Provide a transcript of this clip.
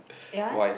your one